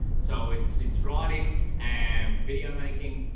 so it's it's writing and video making.